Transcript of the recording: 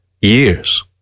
Years